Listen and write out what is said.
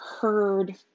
heard